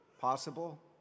Possible